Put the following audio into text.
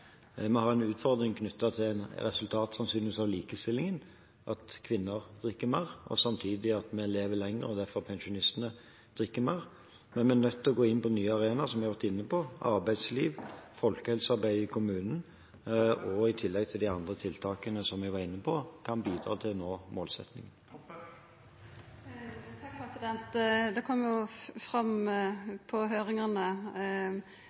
Vi har en utfordring knyttet til noe som sannsynligvis er et resultat av likestillingen, at kvinner drikker mer, og samtidig at vi lever lenger og pensjonistene derfor drikker mer. Men vi er nødt til å gå inn på en ny arena, som jeg har vært inne på – arbeidsliv, folkehelsearbeidet i kommunen – i tillegg til de andre tiltakene som jeg var inne på, for å nå målsettingen. Det kom fram